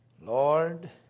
Lord